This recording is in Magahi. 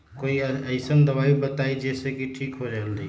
कोई अईसन दवाई बताई जे से ठीक हो जई जल्दी?